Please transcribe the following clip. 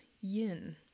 yin